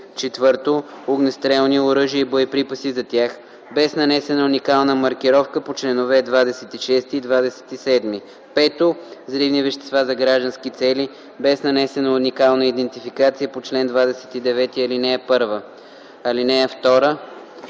им; 4. огнестрелни оръжия и боеприпаси за тях без нанесена уникална маркировка по чл. 26 и 27; 5. взривни вещества за граждански цели без нанесена уникална идентификация по чл. 29, ал. 1. (2)